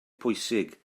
pwysig